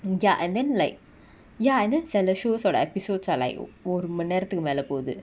ya and then like ya and then செல:sela shows ஓட:oda episodes are like oh ஒரு மணி நேரத்துக்கு மேல போது:oru mani nerathuku mela pothu